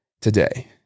today